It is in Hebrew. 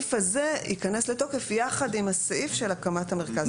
הסעיף הזה ייכנס לתוקף יחד עם הסעיף של הקמת המרכז.